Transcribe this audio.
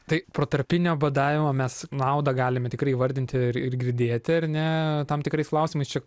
tai protarpinio badavimo mes naudą galime tikrai įvardinti ir ir girdėti ar ne tam tikrais klausimais čia